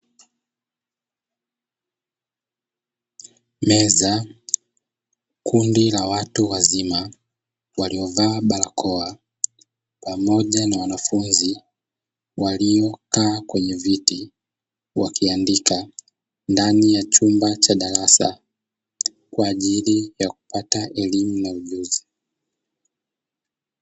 Meza, kundi la watu wazima waliovaa barakoa pamoja na wanafunzi waliokaa kwenye viti wakiandika ndani ya chumba cha darasa kwa ajili ya kupata elimu na ujuzi.